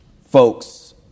folks